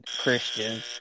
Christian